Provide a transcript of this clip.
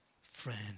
friend